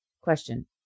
Question